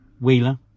Wheeler